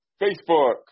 Facebook